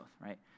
right